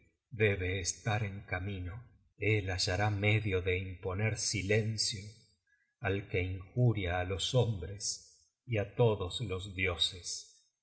debe estar en camino él hallará medio de imponer silencio al que injuria á los hombres y á todos los dioses